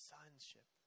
Sonship